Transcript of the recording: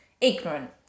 ignorant